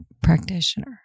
practitioner